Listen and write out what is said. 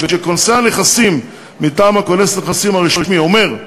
וכשכונס הנכסים מטעם כונס הנכסים הרשמי אומר: